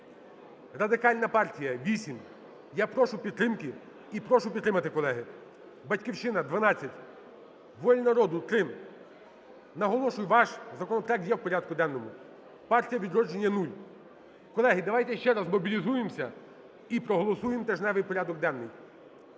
Радикальна партія – 8. Я прошу підтримки і прошу підтримати, колеги. "Батьківщина" – 12, "Воля народу" – 3. Наголошую, ваш законопроект є в порядку денному. "Партія "Відродження" – 0. Колеги, давайте ще раз змобілізуємося і проголосуємо тижневий порядок денний.